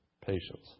Patience